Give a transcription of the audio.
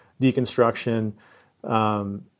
deconstruction